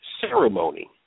ceremony